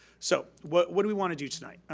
so, what what do we wanna do tonight?